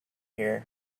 here